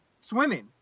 Swimming